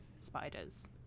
spiders